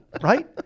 right